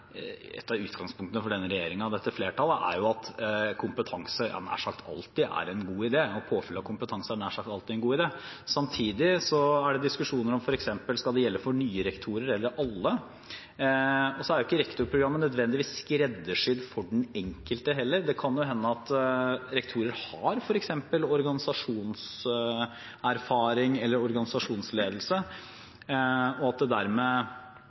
av kompetanse nær sagt alltid er en god idé. Samtidig pågår det diskusjoner om det f.eks. skal det gjelde for nye rektorer eller for alle. Rektorprogrammet er ikke nødvendigvis skreddersydd for den enkelte. Det kan jo hende at rektorer har f.eks. organisasjonserfaring eller erfaring fra organisasjonsledelse, og at det dermed